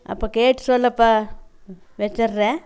அப்போ கேட்டு சொல்லப்பா வைச்சட்றேன்